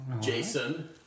Jason